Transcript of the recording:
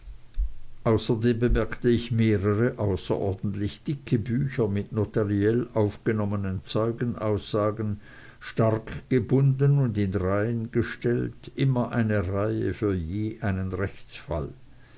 außerdem bemerkte ich mehrere außerordentlich dicke bücher mit notariell aufgenommenen zeugenaussagen stark gebunden und in reihen gestellt immer eine reihe für je einen